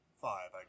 five